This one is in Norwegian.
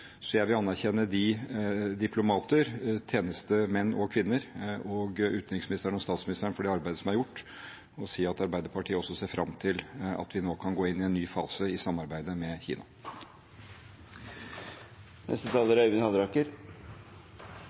Jeg vil anerkjenne diplomatene, tjenestemennene og -kvinnene, utenriksministeren og statsministeren for det arbeidet som er gjort, og si at Arbeiderpartiet også ser fram til at vi nå kan gå inn i en ny fase i samarbeidet med Kina. Dette var gledelige nyheter, og det er